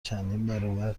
چندین